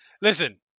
Listen